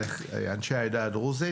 לאנשי העדה הדרוזית.